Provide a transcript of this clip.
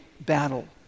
battle